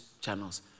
channels